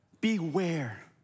Beware